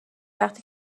وقتی